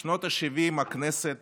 בשנות השבעים הכנסת